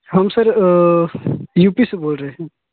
हम sir UP से बोल रहे हैं